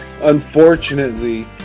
Unfortunately